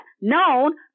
known